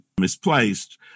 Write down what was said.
misplaced